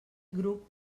grup